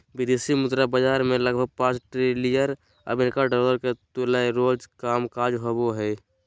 विदेशी मुद्रा बाजार मे लगभग पांच ट्रिलियन अमेरिकी डॉलर के तुल्य रोज कामकाज होवो हय